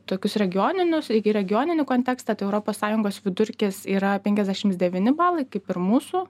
tokius regioninius regioninį kontekstą tai europos sąjungos vidurkis yra penkiasdešims devyni balai kaip ir mūsų